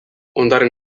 ondare